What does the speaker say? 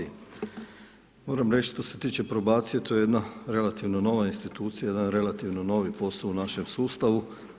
Moram reći što se tiče probacije to je relativno nova institucija, jedan relativno novi posao u našem sustavu.